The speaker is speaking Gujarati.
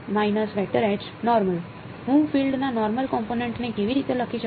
હું ફીલ્ડ ના નોર્મલ કોમ્પોનેંટ ને કેવી રીતે લખી શકું